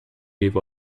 grieve